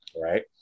Right